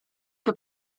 che